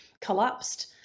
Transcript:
collapsed